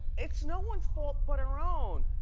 it's no one's fault but her own.